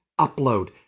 upload